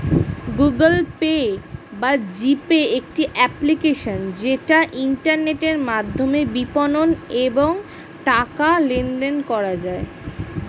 Google Pay বা G Pay একটি application যেটা ইন্টারনেটের মাধ্যমে বিপণন এবং টাকা লেনদেন করা যায়